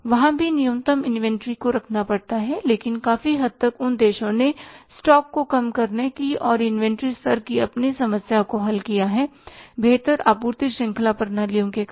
वहां भी न्यूनतम इन्वेंट्री को रखना पड़ता है लेकिन काफी हद तक उन देशों ने स्टॉक को कम करने की और इन्वेंटरी स्तर की अपनी समस्या को हल किया है बेहतर आपूर्ति श्रृंखला प्रणालियों के कारण